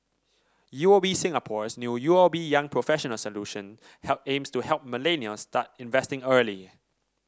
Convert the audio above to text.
U O B Singapore's new U O B Young Professionals Solution help aims to help millennials start investing early